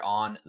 on